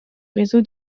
réseau